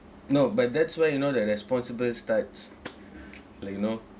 no but that's where you know that responsible starts like you know